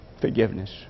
forgiveness